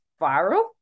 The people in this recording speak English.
viral